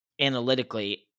Analytically